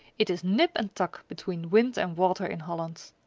it is nip and tuck between wind and water in holland.